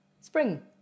spring